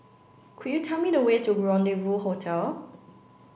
could you tell me the way to Rendezvous Hotel